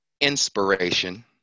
inspiration